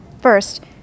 First